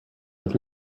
with